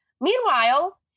Meanwhile